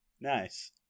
nice